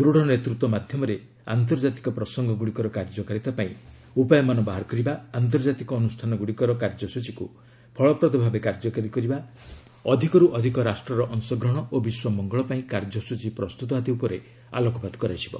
ଦୂଢ଼ ନେତୃତ୍ୱ ମାଧ୍ୟମରେ ଆନ୍ତର୍ଜାତିକ ପ୍ରସଙ୍ଗଗୁଡ଼ିକର କାର୍ଯ୍ୟକାରିତା ପାଇଁ ଉପାୟମାନ ବାହାର କରିବା ଆନ୍ତର୍ଜାତିକ ଅନୁଷ୍ଠାନଗୁଡ଼ିକର କାର୍ଯ୍ୟସଚୀକୁ ଫଳପ୍ରଦ ଭାବେ କାର୍ଯ୍ୟକାରୀ କରିବା ଅଧିକର୍ ଅଧିକ ରାଷ୍ଟ୍ରର ଅଂଶଗ୍ରହଣ ଓ ବିଶ୍ୱ ମଙ୍ଗଳ ପାଇଁ କାର୍ଯ୍ୟସୂଚୀ ପ୍ରସ୍ତୁତ ଆଦି ଉପରେ ଆଲୋକପାତ କରାଯିବ